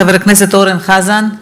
חבר הכנסת אורן חזן.